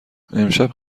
امشب